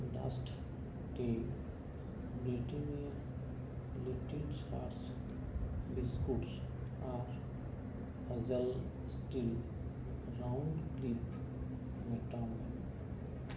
dust tea Britannia little ᱥᱟᱨᱪ biscuits ᱟᱨ ᱯᱷᱟᱡᱚᱞ ᱥᱴᱤᱞ ᱨᱟᱣᱩᱱᱰᱠᱞᱤᱯ ᱢᱮᱴᱟᱣ ᱢᱮ